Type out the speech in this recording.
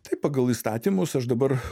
tai pagal įstatymus aš dabar